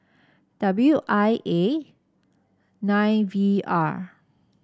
W I A nine V R